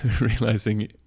realizing